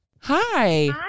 hi